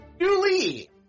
Julie